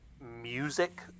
music